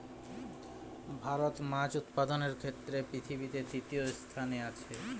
ভারত মাছ উৎপাদনের ক্ষেত্রে পৃথিবীতে তৃতীয় স্থানে আছে